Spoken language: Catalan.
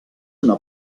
una